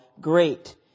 great